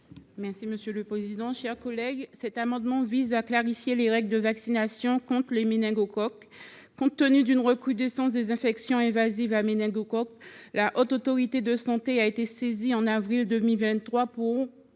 parole est à Mme Solanges Nadille. Cet amendement vise à clarifier les règles de vaccination contre les méningocoques. Compte tenu d’une recrudescence des infections invasives à méningocoques, la Haute Autorité de santé a été saisie en avril 2023 pour